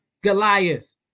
Goliath